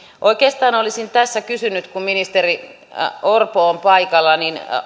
oikeastaan olisin tässä kysynyt kun ministeri orpo on paikalla